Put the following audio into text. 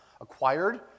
acquired